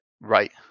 Right